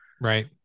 Right